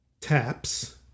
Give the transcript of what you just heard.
taps